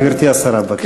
גברתי השרה, בבקשה.